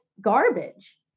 garbage